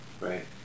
Right